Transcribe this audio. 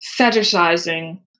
fetishizing